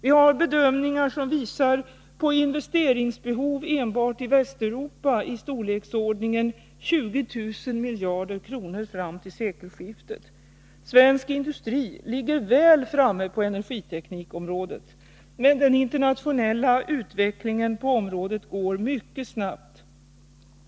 Vi har bedömningar som visar på investeringsbehov enbart i Västeuropa i storleksordningen 20 000 miljarder kronor fram till sekelskiftet. Svensk industri ligger väl framme på energiteknikområdet. Men den internationella utvecklingen på området går mycket snabbt.